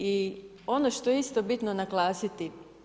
I ono što je isto bitno naglasiti.